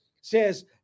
says